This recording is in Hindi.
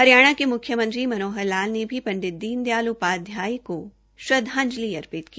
हरियाणा के म्ख्यमंत्री मनोहर लाल ने भी पंडित दीन दयाल उपाध्याय को श्रद्वांजलि अर्पित की